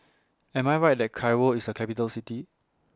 Am I Right that Cairo IS A Capital City